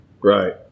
Right